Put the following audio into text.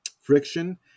friction